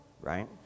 right